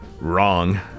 wrong